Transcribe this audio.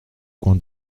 coin